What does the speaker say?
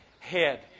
Head